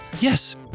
Yes